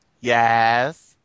Yes